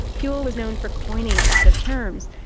whewell was known for coining a lot of terms,